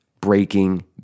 breaking